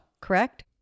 correct